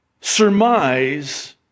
surmise